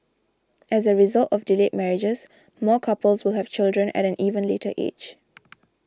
as a result of delayed marriages more couples will have children at an even later age